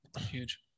Huge